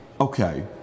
okay